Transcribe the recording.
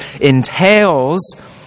entails